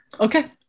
Okay